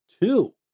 two